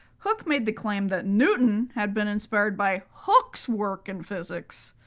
hooke made the claim that newton had been inspired by hooke's work in physics.